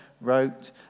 wrote